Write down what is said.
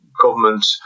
government